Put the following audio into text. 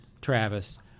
Travis